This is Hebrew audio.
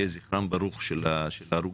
יהיה זכרם ברוך של ההרוגים,